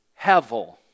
hevel